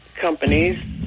companies